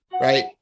right